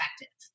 effective